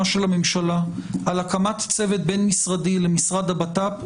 של הממשלה על הקמת צוות בין-משרדי למשרד הבט"פ,